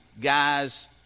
guys